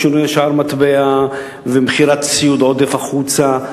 שינוי שער מטבע ומכירת ציוד עודף החוצה,